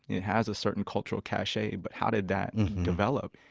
it has a certain cultural cachet. but, how did that develop?